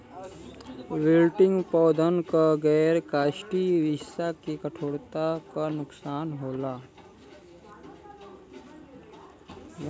wilting पौधन क गैर काष्ठीय हिस्सा के कठोरता क नुकसान होला